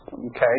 okay